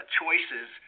choices